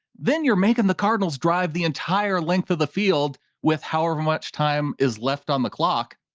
then you're making the cardinals drive the entire length of the field with however much time is left on the clock.